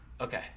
Okay